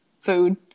food